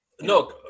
No